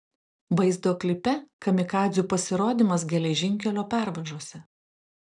vaizdo klipe kamikadzių pasirodymas geležinkelio pervažose